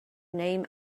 named